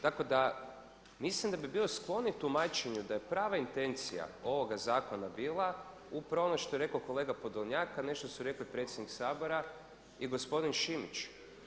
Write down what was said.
Tako da mislim da bi bio skloniji tumačenju da je prava intencija ovoga zakona bila upravo ono što je rekao kolega Podolnjak a nešto su rekli predsjednik Sabora i gospodin Šimić.